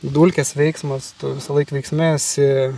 dulkės veiksmas tu visąlaik veiksme esi